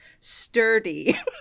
sturdy